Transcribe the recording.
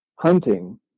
Hunting